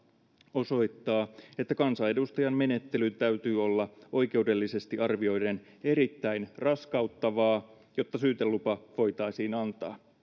osoittaa että kansanedustajan menettelyn täytyy olla oikeudellisesti arvioiden erittäin raskauttavaa jotta syytelupa voitaisiin